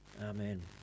Amen